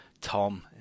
Tom